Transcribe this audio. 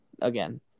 again